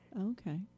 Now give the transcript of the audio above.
Okay